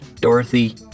Dorothy